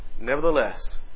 Nevertheless